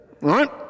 right